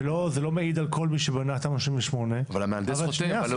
וזה לא מעיד על כל מי שבנה תמ"א 38. אבל המהנדס חותם.